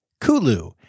Kulu